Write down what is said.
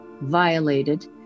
violated